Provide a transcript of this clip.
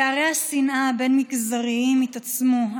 פערי השנאה הבין-מגזריים התעצמו,